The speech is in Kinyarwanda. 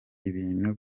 ibintu